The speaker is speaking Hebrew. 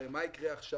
הרי מה יקרה עכשיו?